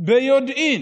ביודעין